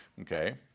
okay